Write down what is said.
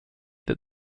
that